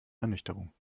ernüchterung